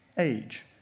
age